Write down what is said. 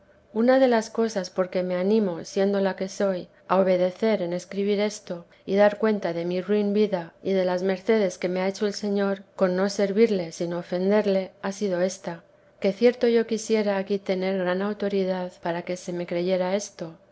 una de las cosas por que me animo siendo la que soy a obedecer en escribir esto y dar cuenta de mi ruin vida y de las mercedes que me ha hecho el señor con no servirle sino ofenderle ha sido ésta que cierto yo quisiera aquí tener gran autoridad para que se me creyera esto